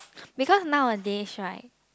because nowadays right